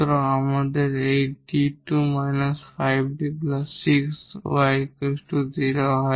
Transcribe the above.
সুতরাং আমাদের এই 𝐷 2 5𝐷 6 𝑦 0 হয়